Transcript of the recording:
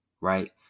right